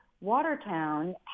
Watertown